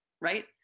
right